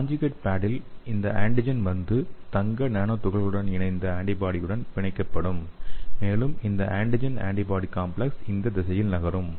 conjugate பேடில் இந்த antigen வந்து தங்க நானோ துகள்களுடன் இணைந்த ஆன்டிபாடியுடன் பிணைக்கப்படும் மேலும் இந்த ஆன்டிஜென் ஆன்டிபாடி காம்ப்ளெக்ஸ் இந்த திசையில் நகரும்